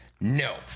no